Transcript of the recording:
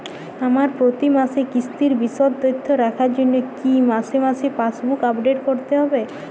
আমার প্রতি মাসের কিস্তির বিশদ তথ্য রাখার জন্য কি মাসে মাসে পাসবুক আপডেট করতে হবে?